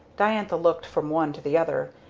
diantha looked from one to the other,